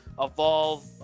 evolve